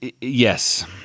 Yes